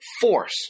force